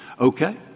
Okay